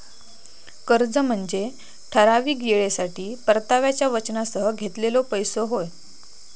कर्ज म्हनजे ठराविक येळेसाठी परताव्याच्या वचनासह घेतलेलो पैसो होय